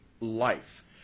life